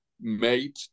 made